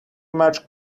much